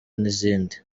n’izindi